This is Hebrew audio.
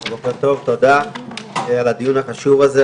בוקר טוב, תודה על הדיון החשוב הזה.